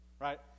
right